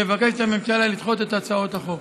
מבקשת הממשלה לדחות את הצעות החוק.